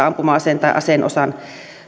ampuma aseen tai aseenosan